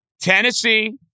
Tennessee